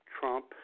Trump